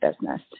business